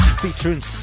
featuring